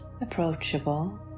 approachable